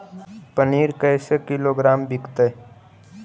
पनिर कैसे किलोग्राम विकतै?